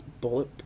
bullet